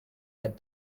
had